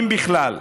אם בכלל,